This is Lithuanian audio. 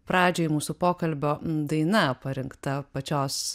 pradžioj mūsų pokalbio daina parinkta pačios